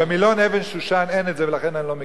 במילון אבן-שושן אין את זה, ולכן אני לא מכיר.